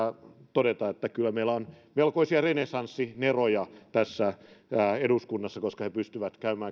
todeta että kyllä meillä on melkoisia renessanssineroja tässä eduskunnassa koska he pystyvät käymään